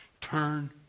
Turn